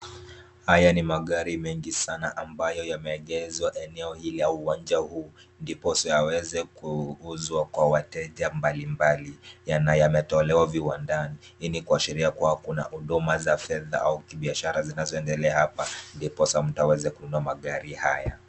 Haya ni magari mengi sana ambayo yameegeshwa eneo hili au uwanja huu ndiposa yaweze kuuzwa kwa wateja mbalimbali. Yametolewa viwandani. Hii ni kuashiria kuwa kuna huduma za fedha au kibiashara zinazoendelea hapa ndiposa mtu aweze kununua magari haya.